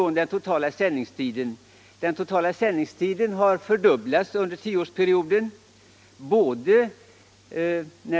Den totala sändningstiden har fördubblats under en tioårsperiod.